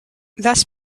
that’s